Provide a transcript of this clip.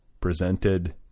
presented